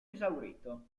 esaurito